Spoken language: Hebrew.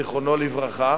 זכרו לברכה,